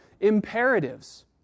imperatives